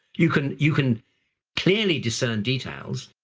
you can you can clearly discern details,